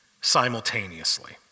simultaneously